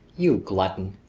you glutton,